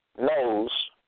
knows